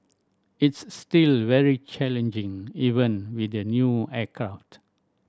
it's still very challenging even with the new aircraft